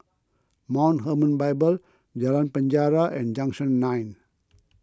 Mount Hermon Bible Jalan Penjara and Junction nine